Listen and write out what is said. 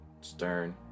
stern